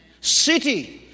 city